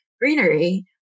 greenery